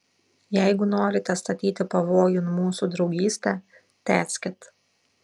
jeigu norite statyti pavojun mūsų draugystę tęskit